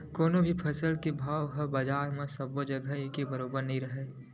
कोनो भी फसल के भाव ह बजार म सबो जघा एके बरोबर नइ राहय